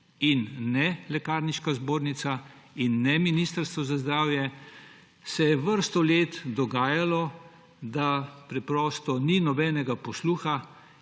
in ne Lekarniška zbornica in ne Ministrstvo za zdravje – vrsto se je let dogajalo, da preprosto ni nobenega posluha,